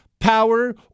power